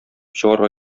чыгарга